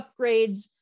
upgrades